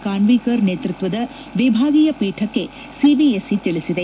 ಕಾನ್ವೀಕರ್ ನೇತೃತ್ವದ ವಿಭಾಗೀಯ ಪೀಠಕ್ಕೆ ಸಿಬಿಎಸ್ಇ ತಿಳಿಸಿದೆ